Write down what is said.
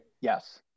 Yes